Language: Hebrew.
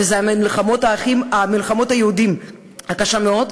וזה מלחמות היהודים הקשות מאוד,